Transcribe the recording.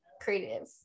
creative